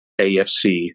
AFC